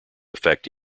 effect